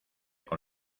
con